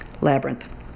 labyrinth